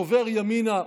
שובר ימינה,